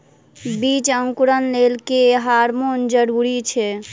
बीज अंकुरण लेल केँ हार्मोन जरूरी छै?